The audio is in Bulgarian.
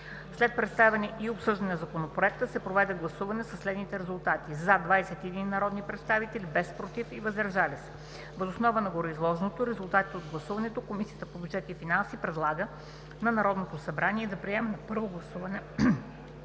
След представянето и обсъждането на Законопроекта се проведе гласуване със следните резултати: „за“ – 21 народни представители, без „против“ и „въздържали се“. Въз основа на гореизложеното и резултатите от гласуването Комисията по бюджет и финанси предлага на Народното събрание да приеме на първо гласуване